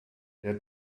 der